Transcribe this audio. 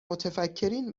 متفکرین